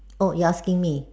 oh you're asking me